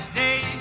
day